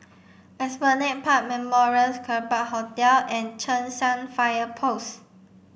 Esplanade Park Memorials Kerbau Hotel and Cheng San Fire Post